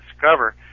Discover